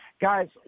Guys